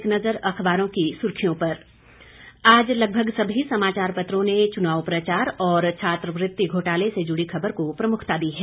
एक नज़र अखबारों की सुर्खियों पर आज लगभग सभी समाचार पत्रों ने चुनाव प्रचार थमने और छात्रवृत्ति घोटाले से जुड़ी खबर को प्रमुखता दी है